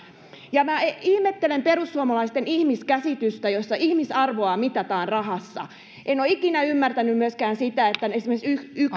ihmettelen perussuomalaisten ihmiskäsitystä jossa ihmisarvoa mitataan rahassa en ole ikinä ymmärtänyt myöskään sitä että esimerkiksi yksi